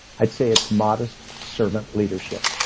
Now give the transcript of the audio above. i'd say it's modest servant leadership.